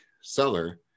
seller